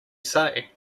say